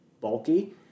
bulky